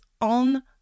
on